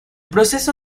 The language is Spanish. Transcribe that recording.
proceso